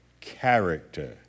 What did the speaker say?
character